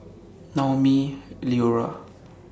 Naumi Liora